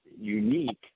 unique